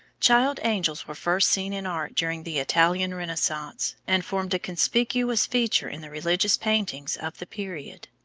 child-angels were first seen in art during the italian renaissance, and formed a conspicuous feature in the religious paintings of the period.